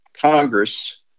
Congress